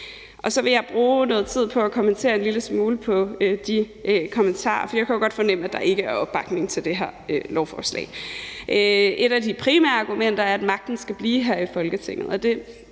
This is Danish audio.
Så vil jeg bruge noget tid på at kommentere en lille smule på kommentarerne, for jeg kan jo godt fornemme, at der ikke er opbakning til det her beslutningsforslag. Et af de primære argumenter er, at magten skal blive her i Folketinget.